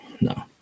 no